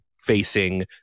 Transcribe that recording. facing